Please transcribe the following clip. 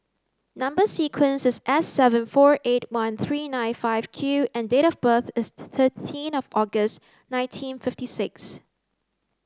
number sequence is S seven four eight one three nine five Q and date of birth is thirteen August nineteen fifty six